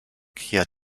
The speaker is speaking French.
cria